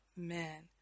Amen